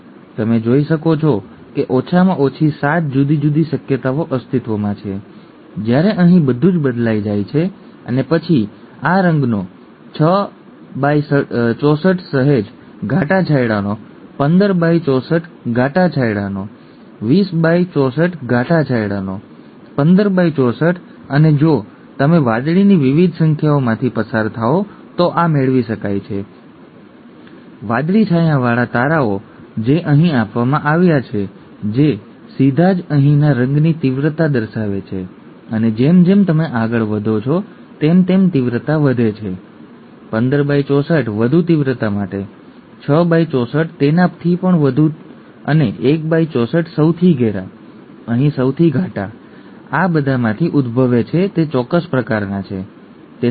તમે જોઈ શકો છો કે ઓછામાં ઓછી 7 જુદી જુદી શક્યતાઓ અસ્તિત્વમાં છે જ્યારે અહીં બધું જ બદલાઈ જાય છે અને પછી આ રંગનો 664 સહેજ ઘાટા છાંયડાનો 1564 ઘાટા છાંયડાનો 2064 ઘાટા છાંયડાનો 1564 અને જો તમે વાદળીની વિવિધ સંખ્યાઓમાંથી પસાર થાઓ તો આ મેળવી શકાય છે વાદળી છાયાવાળા તારાઓ જે અહીં આપવામાં આવ્યા છે જે સીધા જ અહીંના રંગની તીવ્રતા દર્શાવે છે અને જેમ જેમ તમે આગળ વધો છો તેમ તેમ તીવ્રતા વધે છે 1564 વધુ તીવ્રતા માટે 6 64 તેનાથી પણ વધુ અને 164 સૌથી ઘેરા અહીં સૌથી ઘાટા આ બધામાંથી ઉદભવે છે તે ચોક્કસ પ્રકારના છે ઠીક છે